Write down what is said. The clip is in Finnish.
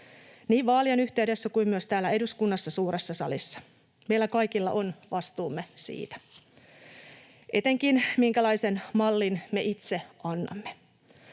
niin vaalien yhteydessä kuin myös täällä eduskunnassa suuressa salissa. Meillä kaikilla on vastuumme etenkin siitä, minkälaisen mallin me itse annamme.